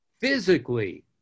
physically